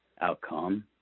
outcome